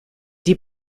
die